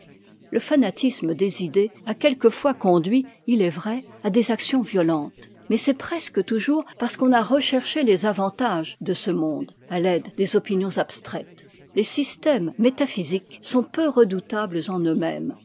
le fanatisme des idées a quelquefois conduit il est vrai à des actions violentes mais c'est presque toujours parce qu'on a recherché les avantages de ce monde à l'aide des opinions abstraites les systèmes métaphysiques sont peu redoutables en eux-mêmes